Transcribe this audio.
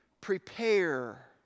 prepare